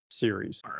series